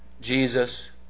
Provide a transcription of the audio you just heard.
Jesus